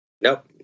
Nope